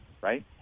right